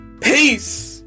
peace